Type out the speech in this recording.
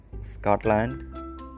Scotland